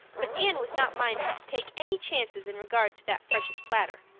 but anne was not minded to take any chances in regard to that precious platter.